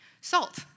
Salt